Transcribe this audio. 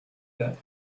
that